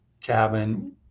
cabin